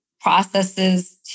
processes